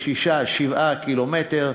6 7 קילומטר.